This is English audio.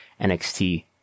NXT